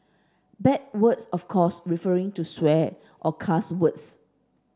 bad words of course referring to swear or cuss words